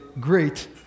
great